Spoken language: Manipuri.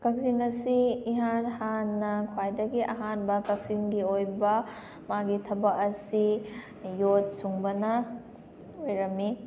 ꯀꯛꯆꯤꯡ ꯑꯁꯤ ꯏꯍꯥꯟ ꯍꯥꯟꯅ ꯈ꯭ꯋꯥꯏꯗꯒꯤ ꯑꯍꯥꯟꯕ ꯀꯛꯆꯤꯡꯒꯤ ꯑꯣꯏꯕ ꯃꯥꯒꯤ ꯊꯕꯛ ꯑꯁꯤ ꯌꯣꯠ ꯁꯨꯡꯕꯅ ꯑꯣꯏꯔꯝꯃꯤ